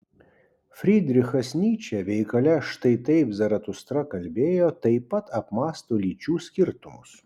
frydrichas nyčė veikale štai taip zaratustra kalbėjo taip pat apmąsto lyčių skirtumus